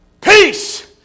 Peace